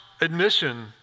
admission